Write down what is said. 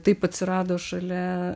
taip atsirado šalia